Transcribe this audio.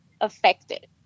Affected